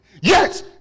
Yes